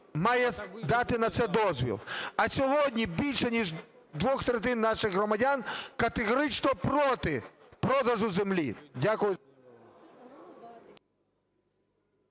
має дати на це дозвіл. А сьогодні більше ніж дві третини наших громадян категорично проти продажу землі. Дякую.